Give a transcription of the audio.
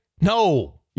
No